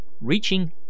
reaching